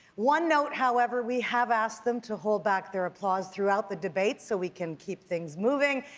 one note, however, we have asked them to hold back their applause throughout the debate so we can keep things moving.